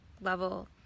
level